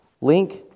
link